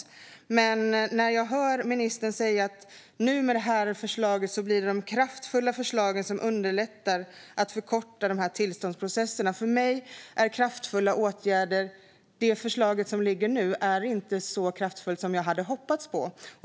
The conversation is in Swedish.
Samtidigt hör jag ministern säga att med den här propositionen blir det kraftfulla förslag som underlättar att förkorta tillståndsprocesserna. Det förslag som ligger nu är inte så kraftfullt som jag hade hoppats på.